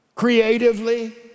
creatively